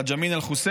חאג' אמין אל-חוסייני,